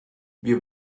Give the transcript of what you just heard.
wir